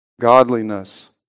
godliness